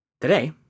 Today